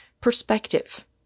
perspective